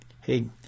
hey